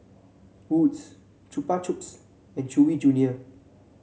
Wood's Chupa Chups and Chewy Junior